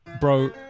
bro